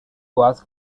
was